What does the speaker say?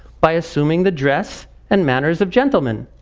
by assuming the dress and manners of gentlemen.